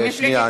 שנייה,